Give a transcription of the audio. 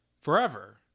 forever